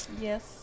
Yes